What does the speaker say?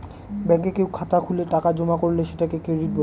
ব্যাঙ্কে কেউ খাতা খুলে টাকা জমা করলে সেটাকে ক্রেডিট বলে